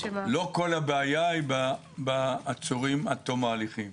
לא כול הבעיה היא עם העצורים עד תום ההליכים.